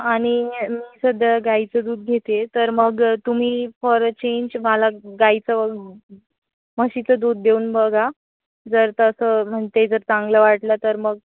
आणि मी सध्या गाईचं दूध घेते तर मग तुम्ही फॉर अ चेंज मला गाईचं म्हशीचं दूध देऊन बघा जर तसं म्हणते जर चांगलं वाटलं तर मग